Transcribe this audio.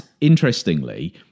interestingly